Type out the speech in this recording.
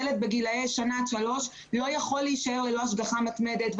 ילד בגילאי שנה עד שלוש לא יכול להישאר ללא השגחה מתמדת.